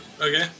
Okay